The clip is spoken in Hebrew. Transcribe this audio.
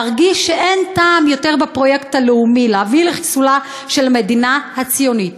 להרגיש שאין טעם יותר בפרויקט הלאומי להביא לחיסולה של המדינה הציונית.